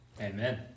Amen